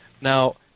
Now